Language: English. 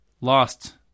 lost